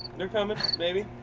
they're coming. maybe.